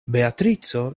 beatrico